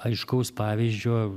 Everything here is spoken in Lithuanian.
aiškaus pavyzdžio